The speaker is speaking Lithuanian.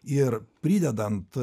ir pridedant